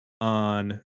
on